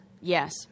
Yes